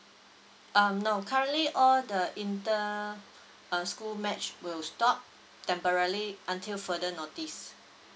um no currently all the inter uh school match will stop temporally until further notice